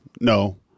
no